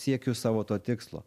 siekiu savo to tikslo